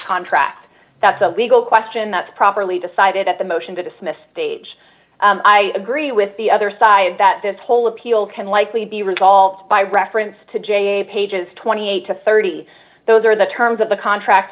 contract that's a legal question that's properly decided at the motion to dismiss stage i agree with the other side that this whole appeal can likely be resolved by reference to j pages twenty eight to thirty those are the terms of the contract